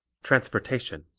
transportation